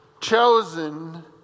chosen